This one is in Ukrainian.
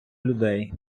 людей